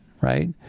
right